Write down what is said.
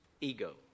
ego